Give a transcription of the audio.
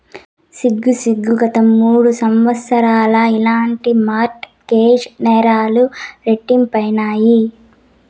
సిగ్గు సిగ్గు, గత మూడు సంవత్సరాల్ల ఇలాంటి మార్ట్ గేజ్ నేరాలు రెట్టింపైనాయి